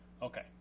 Okay